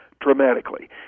dramatically